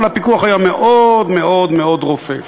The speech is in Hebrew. אבל הפיקוח היה מאוד מאוד מאוד רופף.